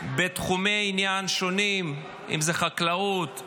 בתחומי עניין שונים, אם זה חקלאות,